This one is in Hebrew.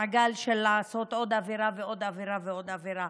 המעגל של לעשות עוד עבירה ועוד עבירה ועוד עבירה,